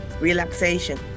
relaxation